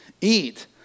eat